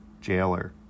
jailer